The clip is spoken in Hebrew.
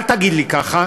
אל תגיד לי ככה.